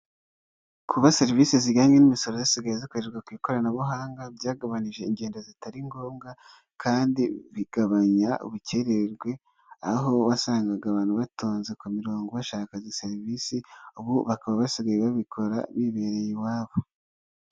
Kuba serivisi zijyanye n'imisoro zisigaye zikoreshwa ku ikoranabuhanga, byagabanije ingendo zitari ngombwa kandi bigabanya ubukererwe, aho wasangaga abantu batonze ku mirongo bashaka serivisi, ubu bakaba basigaye babikora bibereye iwabo.